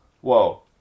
whoa